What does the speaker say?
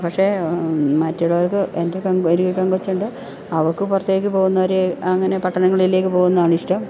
പക്ഷേ മറ്റുള്ളവർക്ക് എൻ്റെ ഒരു പെൺകൊച്ച് ഉണ്ട് അവർക്ക് പുറത്തേക്ക് പോകുന്നവർ അങ്ങനെ പട്ടണങ്ങളിലേക്ക് പോകുന്നതാണ് ഇഷ്ടം